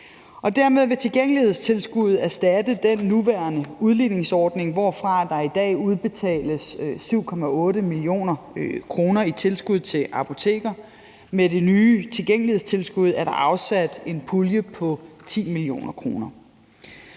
Dermed vil tilgængelighedstilskuddet erstatte den nuværende udligningsordning, hvorfra der i dag udbetales 7,8 mio. kr. i tilskud til apoteker. Med det nye tilgængelighedstilskud er der afsat en pulje på 10 mio. kr.